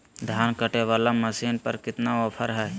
धान कटे बाला मसीन पर कितना ऑफर हाय?